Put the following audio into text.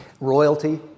royalty